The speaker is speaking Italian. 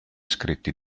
scritti